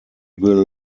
will